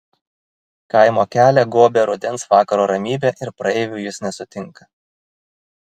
kaimo kelią gobia rudens vakaro ramybė ir praeivių jis nesutinka